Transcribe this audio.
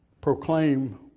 proclaim